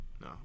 no